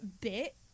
bit